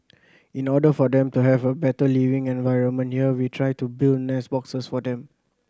in order for them to have a better living environment here we try to build nest boxes for them